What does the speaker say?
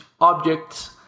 objects